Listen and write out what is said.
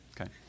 Okay